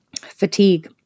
Fatigue